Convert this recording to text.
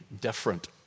different